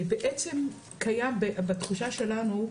בעצם קיים בתחושה שלנו,